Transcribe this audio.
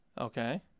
Okay